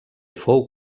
fou